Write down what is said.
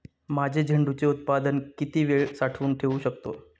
माझे झेंडूचे उत्पादन किती वेळ साठवून ठेवू शकतो?